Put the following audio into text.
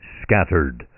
scattered